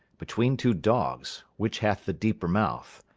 between two dogs, which hath the deeper mouth,